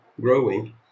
growing